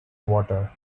water